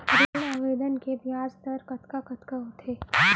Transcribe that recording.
ऋण आवेदन के ब्याज दर कतका कतका होथे?